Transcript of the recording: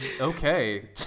okay